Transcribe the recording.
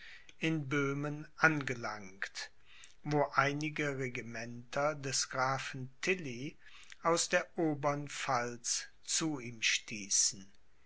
in böhmen angelangt wo einige regimenter des grafen tilly aus der obern pfalz zu ihm stießen